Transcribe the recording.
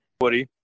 Woody